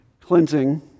cleansing